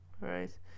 right